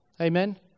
Amen